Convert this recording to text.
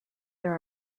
there